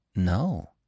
No